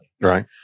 right